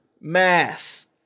mass